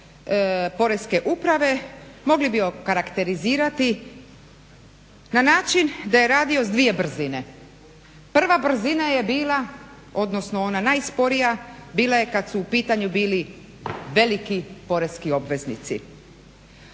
Porezne uprave mogli bi okarakterizirati na način da je radio s dvije brzine. Prva brzina je bila, odnosno ona najsporija bila je kad su u pitanju bili veliki porezni obveznici.